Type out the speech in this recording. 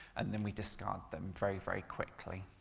and then we discard them very very quickly.